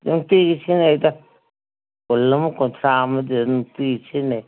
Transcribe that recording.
ꯅꯨꯡꯇꯤꯒꯤ ꯁꯤꯖꯤꯟꯅꯩꯗ ꯀꯨꯟ ꯑꯃ ꯀꯨꯟꯊ꯭ꯔꯥ ꯑꯃꯗꯤ ꯑꯗꯨꯝ ꯅꯨꯡꯇꯤꯒꯤ ꯁꯤꯖꯤꯟꯅꯩ